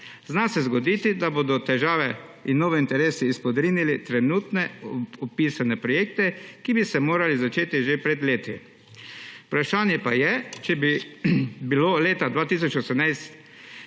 Zna se zgoditi, da bodo težave in novi interesi izpodrinili trenutne opisane projekte, ki bi se morali začeti že pred leti. Vprašanje pa je, ali je bilo leta 2018